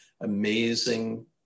amazing